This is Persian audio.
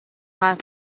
حرف